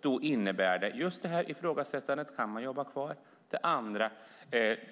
Det innebär just detta ifrågasättande: Kan man jobba kvar? Det andra